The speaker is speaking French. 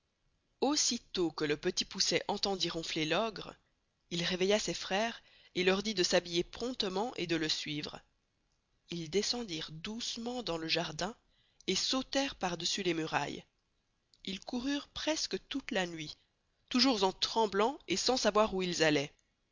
aussi tost que le petit poucet entendit ronfler l'ogre il reveilla ses freres et leur dit de s'habiller promptement et de le suivre ils descendirent doucement dans le jardin et sauterent par-dessus les murailles ils coururent presque toute la nuit toûjours en tremblant et sans sçavoir où ils alloient